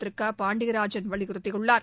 திரு க பாண்டியராஜன் வலியுறுத்தியுள்ளார்